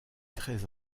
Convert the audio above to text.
très